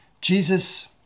Jesus